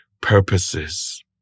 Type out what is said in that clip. purposes